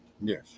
yes